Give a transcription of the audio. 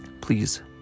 please